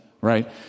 right